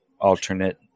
alternate